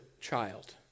child